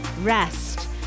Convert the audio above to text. Rest